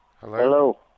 Hello